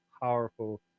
powerful